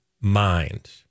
mind